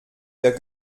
der